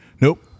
Nope